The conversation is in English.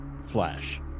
flash